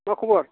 मा खबर